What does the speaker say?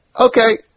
Okay